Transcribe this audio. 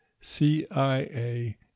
CIA